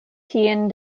kien